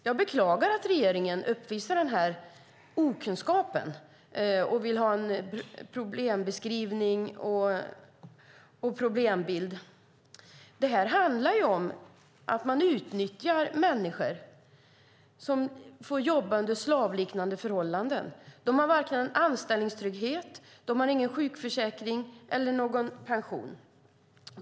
Jag beklagar att regeringen uppvisar den här okunskapen och vill ha en problembeskrivning och problembild. Det här handlar om att man utnyttjar människor som får jobba under slaveriliknande förhållanden. De har ingen anställningstrygghet, sjukförsäkring eller pension.